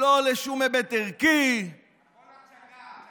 לא לשום היבט ערכי, הכול הצגה.